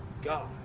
god.